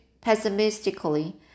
pessimistically